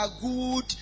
good